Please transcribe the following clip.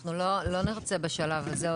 אנחנו לא נרצה בשלב הזה,